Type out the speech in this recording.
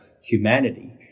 humanity